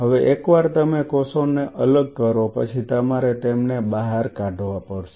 હવે એકવાર તમે કોષોને અલગ કરો પછી તમારે તેમને બહાર કાવા પડશે